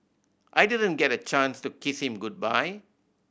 I didn't get a chance to kiss him goodbye